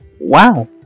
Wow